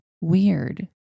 weird